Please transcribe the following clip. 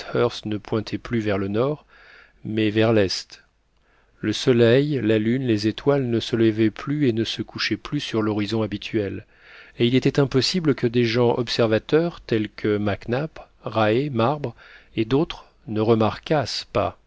ne pointait plus vers le nord mais vers l'est le soleil la lune les étoiles ne se levaient plus et ne se couchaient plus sur l'horizon habituel et il était impossible que des gens observateurs tels que mac nap raë marbre et d'autres ne remarquassent pas